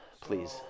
please